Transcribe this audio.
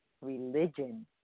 religion